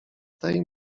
tej